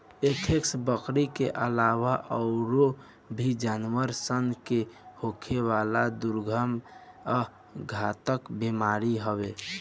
anthrax, बकरी के आलावा आयूरो भी जानवर सन के होखेवाला दुर्गम आ घातक बीमारी हवे